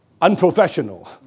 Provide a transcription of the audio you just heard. Unprofessional